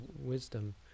wisdom